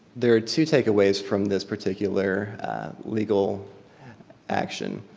there are two takeaways from this particular legal action.